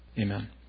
Amen